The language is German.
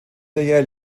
der